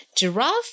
Giraffe